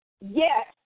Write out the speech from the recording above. yes